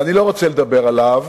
ואני לא רוצה לדבר עליו,